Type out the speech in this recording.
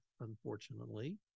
unfortunately